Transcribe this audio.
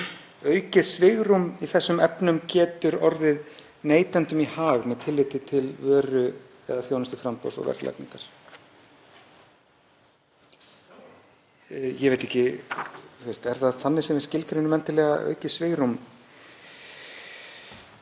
Aukið svigrúm í þessum efnum getur orðið neytendum í hag með tilliti til vöru-/þjónustuframboðs og verðlagningar.“ Ég veit ekki, er það þannig sem við skilgreinum endilega aukið svigrúm?